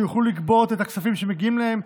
שיוכלו לגבות את הכספים שמגיעים להן.